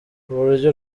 uburyo